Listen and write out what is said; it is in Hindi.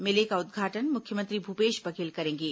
मेले का उद्घाटन मुख्यमंत्री भूपेश बघेल करेंगे